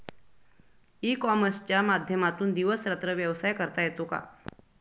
E कॉमर्सच्या माध्यमातून दिवस रात्र व्यवसाय करता येतो का?